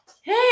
hey